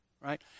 right